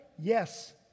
Yes